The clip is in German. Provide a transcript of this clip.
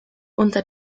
unter